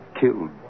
killed